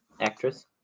Actress